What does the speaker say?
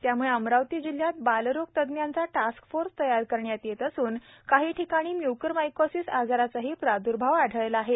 त्यामुळे अमरावतीजिल्ह्यात बालरोग तज्ज्ञांचा टास्कफोर्स तयार करण्यात येत असून काही ठिकाणी म्यूकरमायकोसीस आजाराचाही प्रादर्भाव आढळला आहे